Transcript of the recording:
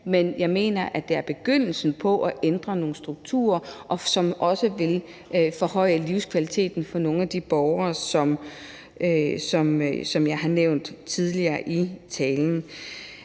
men jeg mener, at det er begyndelsen på at ændre nogle strukturer, hvilket også vil højne livskvaliteten for nogle af de borgere, som jeg har nævnt tidligere i talen.